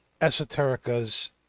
esoterica's